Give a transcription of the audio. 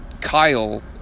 Kyle